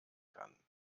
kann